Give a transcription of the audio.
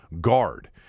guard